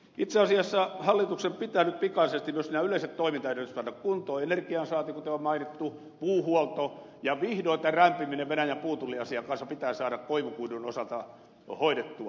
itse asiassa hallituksen pitää nyt pikaisesti myös nämä yleiset toimintaedellytykset saada kuntoon energian saanti kuten on mainittu puuhuolto ja vihdoin tämä rämpiminen venäjän puutulliasian kanssa pitää saada koivukuidun osalta hoidettua